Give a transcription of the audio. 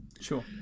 Sure